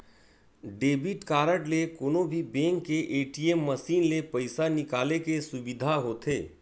debit card ले कोनो भी बेंक के ए.टी.एम मसीन ले पइसा निकाले के सुबिधा होथे